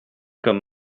comme